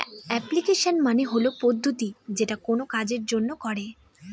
application মানে হল পদ্ধতি যেটা কোনো কাজের জন্য করে